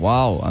Wow